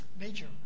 nature